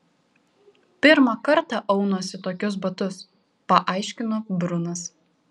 pirmą kartą aunuosi tokius batus paaiškino brunas